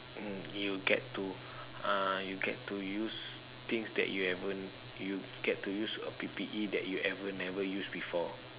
and you get to uh you get to use things that you ever you get to use uh P_P_E that you never ever use before